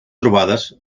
trobades